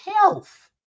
health